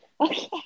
Okay